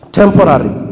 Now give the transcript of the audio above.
temporary